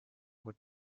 would